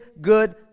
good